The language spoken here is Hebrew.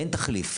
אין תחליף,